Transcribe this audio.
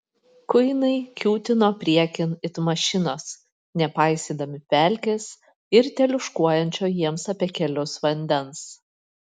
kuinai kiūtino priekin it mašinos nepaisydami pelkės ir teliūškuojančio jiems apie kelius vandens